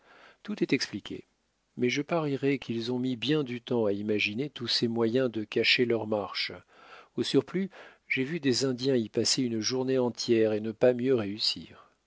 tout est expliqué mais je parierais qu'ils ont mis bien du temps à imaginer tous ces moyens de cacher leur marche au surplus j'ai vu des indiens y passer une journée entière et ne pas mieux réussir